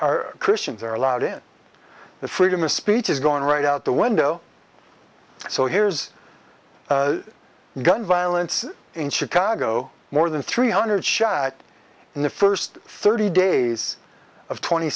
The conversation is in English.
are christians are allowed in the freedom of speech is going right out the window so here's the gun violence in chicago more than three hundred shatt in the first thirty days of twenty